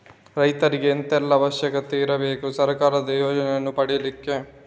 ರೈತರಿಗೆ ಎಂತ ಎಲ್ಲಾ ಅವಶ್ಯಕತೆ ಇರ್ಬೇಕು ಸರ್ಕಾರದ ಯೋಜನೆಯನ್ನು ಪಡೆಲಿಕ್ಕೆ?